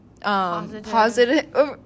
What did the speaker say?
positive